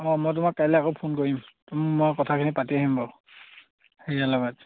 অঁ মই তোমাক কাইলে আকৌ ফোন কৰিম মই কথাখিনি পাতি আহিম বাৰু হেৰিয়াৰ লগত